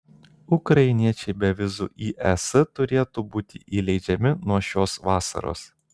ukrainiečiai be vizų į es turėtų būti įleidžiami nuo šios vasaros